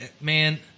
Man